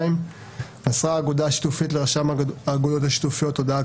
(2)מסרה אגודה שיתופית לרשם האגודות השיתופיות הודעה